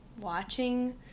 watching